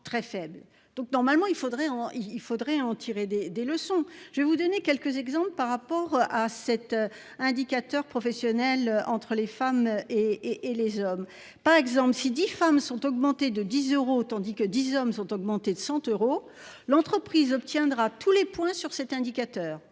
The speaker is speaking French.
il faudrait en il faudrait en tirer des des leçons. Je vais vous donner quelques exemples par rapport à cet indicateur professionnelle entre les femmes et et les hommes par exemple, si 10 femmes sont augmentés de 10 euros, tandis que 10 hommes sont augmentés de 100 euros, l'entreprise obtiendra tous les points sur cet indicateur